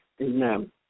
amen